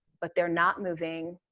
but they're not moving,